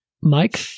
Mike